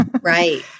Right